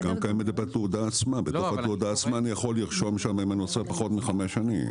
זה קיים גם בתוך התעודה עצמה אני יכול לרשום אם זה פחות מחמש שנים.